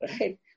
right